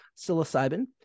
psilocybin